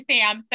Sam